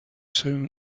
soon